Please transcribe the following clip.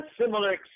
similar